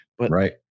right